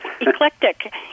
Eclectic